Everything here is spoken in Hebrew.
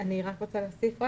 אני רוצה להוסיף.